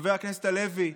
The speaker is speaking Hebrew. חבר הכנסת הלוי: